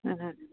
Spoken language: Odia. ହୁଁ ହଁ ହଁ